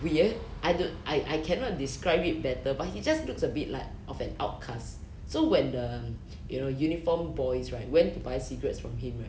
weird I don't I I cannot describe him better but he just looks a bit like of an outcast so when the you know uniform boys right went to buy cigarettes from him right